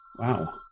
wow